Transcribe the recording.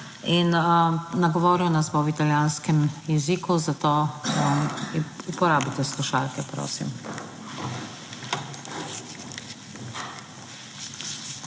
Nagovoril nas bo v italijanskem jeziku, zato uporabite slušalke, prosim.